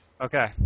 Okay